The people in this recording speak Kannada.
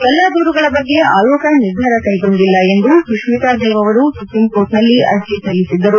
ಎಲ್ಲ ದೂರುಗಳ ಬಗ್ಗೆ ಆಯೋಗ ನಿರ್ಧಾರ ಕೈಗೊಂಡಿಲ್ಲ ಎಂದು ಸುಶ್ಮಿತಾ ದೇವ್ ಅವರು ಸುಪ್ರೀಂಕೋರ್ಟ್ನಲ್ಲಿ ಅರ್ಜಿ ಸಲ್ಲಿಸಿದ್ದರು